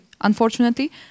unfortunately